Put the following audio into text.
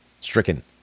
stricken